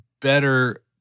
better